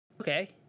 Okay